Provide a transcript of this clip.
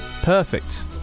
perfect